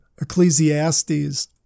Ecclesiastes